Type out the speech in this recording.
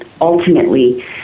ultimately